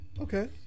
Okay